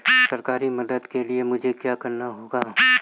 सरकारी मदद के लिए मुझे क्या करना होगा?